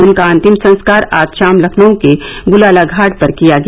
उनका अंतिम संस्कार आज शाम लखनऊ के गुलाला घाट पर किया गया